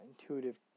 intuitive